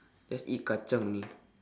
just eat kacang only